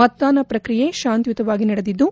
ಮತದಾನ ಪ್ರಕ್ರಿಯೆ ಾಂತಿಯುತವಾಗಿ ನಡೆದಿದ್ದು